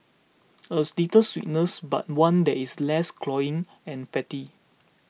as little sweetness but one that is less cloying and fatty